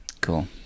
cool